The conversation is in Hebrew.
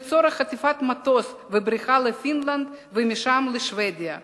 לצורך חטיפת מטוס ובריחה לפינלנד ומשם לשבדיה.